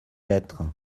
lettres